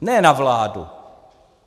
Ne na vládu,